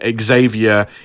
Xavier